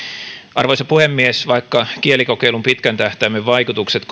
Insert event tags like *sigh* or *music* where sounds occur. arvoisa puhemies vaikka kielikokeilun pitkän tähtäimen vaikutukset *unintelligible*